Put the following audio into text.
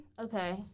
okay